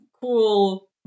cool